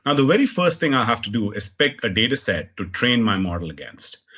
um the very first thing i have to do is pick a dataset to train my model against.